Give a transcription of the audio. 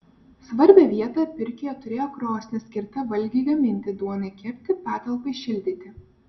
svarbią vietą pirkioje turėjo krosnis skirta valgiui gaminti duonai kepti patalpai šildyti